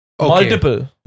multiple